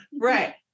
right